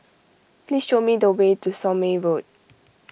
please show me the way to Somme Road